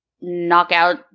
knockout